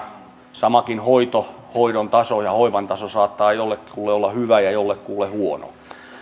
samakin hoito hoidon taso ja hoivan taso saattaa jollekulle olla hyvä ja jollekulle huono